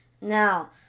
Now